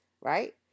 right